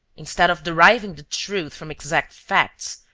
instead of deriving the truth from exact facts,